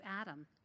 Adam